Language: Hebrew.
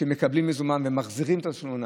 שמקבלים במזומן ומחזירים את התשלום לנהג.